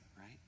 right